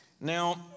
Now